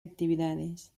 actividades